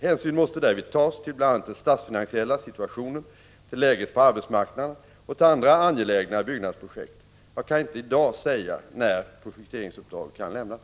Hänsyn måste därvid tas till bl.a. den statsfinansiella situationen, till läget på arbetsmarknaden och till andra angelägna byggnadsprojekt. Jag kan inte i dag säga när projekteringsuppdrag kan lämnas.